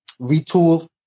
retool